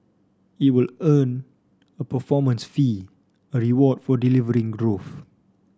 it will earn a performance fee a reward for delivering growth